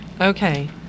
Okay